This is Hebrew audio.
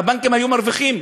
והבנקים היו מרוויחים.